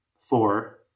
four